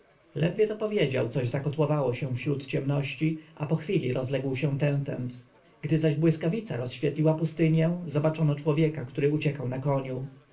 ledwie to powiedział coś zakotłowało się wśród ciemności a po chwili rozległ się tętent gdy zaś błyskawica rozświetliła pustynię zobaczono człowieka który uciekał na koniu